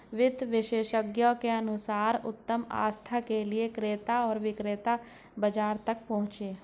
वित्त विशेषज्ञों के अनुसार उत्तम आस्था के लिए क्रेता और विक्रेता बाजार तक पहुंचे